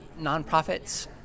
nonprofits